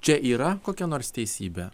čia yra kokia nors teisybė